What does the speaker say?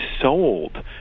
sold